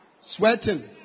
sweating